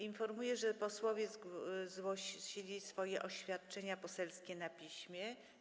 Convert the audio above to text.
Informuję, że posłowie złożyli swoje oświadczenia poselskie na piśmie.